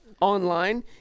online